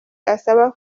asaba